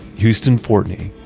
houston fortney,